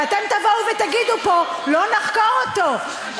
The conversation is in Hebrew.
ואתם תבואו ותגידו פה: לא נחקור אותו,